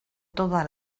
toda